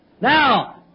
now